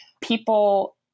people